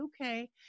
okay